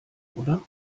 oder